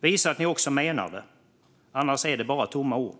Visa att ni också menar det! Annars är det bara tomma ord.